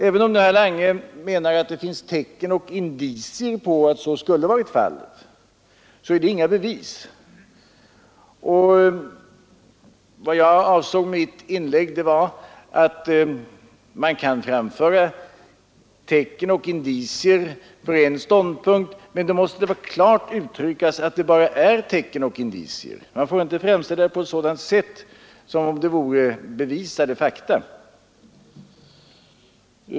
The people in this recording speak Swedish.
Även om nu herr Lange menar att det syns tecken och indicier på att så skulle ha varit fallet, så finns det inga bevis därför. Man kan åberopa tecken och indicier för en ståndpunkt, men det måste klart uttryckas att det också bara är tecken och indicier. Man får inte framställa det så att det är fråga om bevisade fakta.